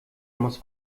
muss